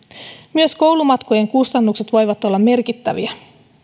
myös koulumatkojen kustannukset voivat olla merkittäviä